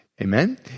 Amen